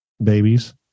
babies